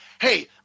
hey